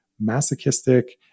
masochistic